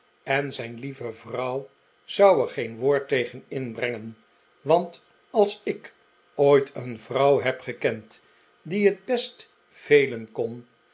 en zijn lieve vrouw zou er geen woord tegen inbrengen want als ik doit een vrouw heb gekend die het best velen kon